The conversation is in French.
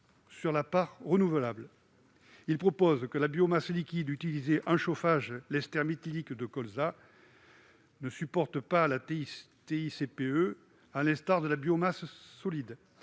sur la part renouvelable. En outre, il s'agit de prévoir que la biomasse liquide utilisée en chauffage, l'ester méthylique de colza, ne supporte pas la TICPE, à l'instar de la biomasse solide.